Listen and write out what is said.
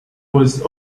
was